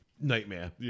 nightmare